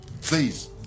Please